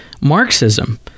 Marxism